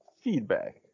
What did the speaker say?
feedback